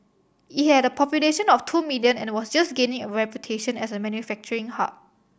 it had a population of two million and was just gaining a reputation as a manufacturing hub